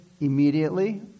immediately